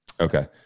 Okay